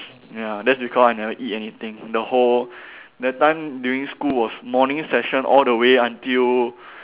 ya that's because I never eat anything the whole that time during school was morning session all the way until